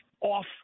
off